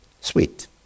Sweet